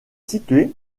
situé